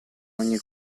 ogni